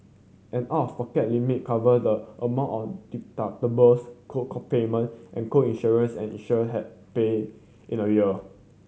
an out of pocket limit cover the amount of deductibles co payment and co insurance an insured have pay in a year